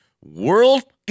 world